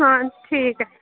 हां ठीक ऐ